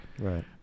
Right